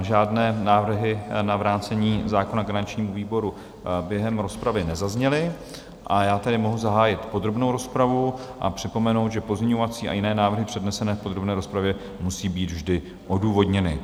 Žádné návrhy na vrácení zákona garančnímu výboru během rozpravy nezazněly, a já tedy mohu zahájit podrobnou rozpravu a připomenout, že pozměňovací a jiné návrhy přednesené v podrobné rozpravě musí být vždy odůvodněny.